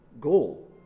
goal